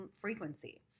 frequency